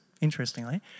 interestingly